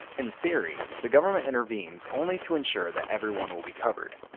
in theory, the government intervenes only to ensure that everyone will be covered.